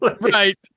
Right